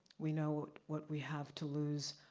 we know what we have to lose,